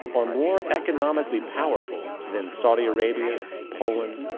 are more economically powerful than saudi arabia, poland,